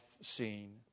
scene